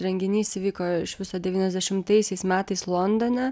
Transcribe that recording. renginys įvyko iš viso devyniasdešimtaisiais metais londone